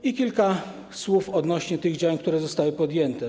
I kilka słów odnośnie do tych działań, które zostały podjęte.